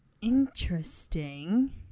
Interesting